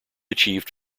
achieved